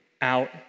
out